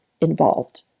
involved